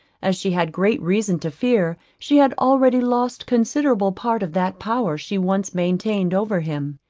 as she had great reason to fear she had already lost considerable part of that power she once maintained over him.